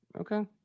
Okay